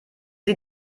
sie